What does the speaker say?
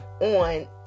on